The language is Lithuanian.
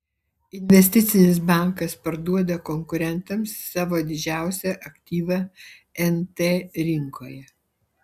investicinis bankas parduoda konkurentams savo didžiausią aktyvą nt rinkoje